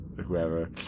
whoever